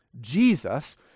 Jesus